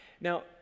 Now